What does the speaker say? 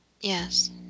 Yes